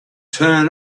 turn